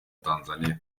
tanzania